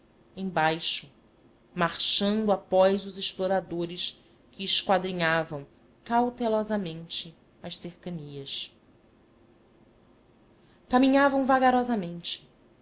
embaixo marchando após os exploradores que esquadrinhavam cautelosamente as cercanias caminhavam vagarosamente